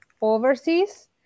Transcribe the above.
overseas